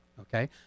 okay